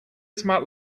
smart